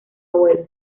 abuelos